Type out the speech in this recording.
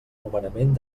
nomenament